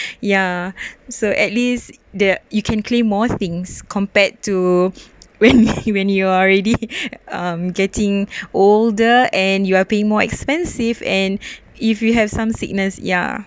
ya so at least there you can claim more things compared to when you're when you're already um getting older and you are paying more expensive and if you have some sickness ya